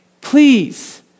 please